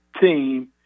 team